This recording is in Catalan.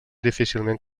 difícilment